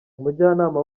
umujyanama